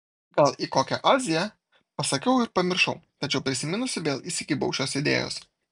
gal į kokią aziją pasakiau ir pamiršau tačiau prisiminusi vėl įsikibau šios idėjos